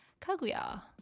kaguya